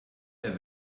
der